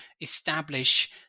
establish